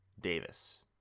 Davis